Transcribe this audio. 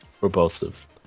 Repulsive